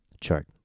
chart